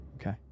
Okay